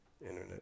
Internet